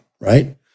Right